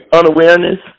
unawareness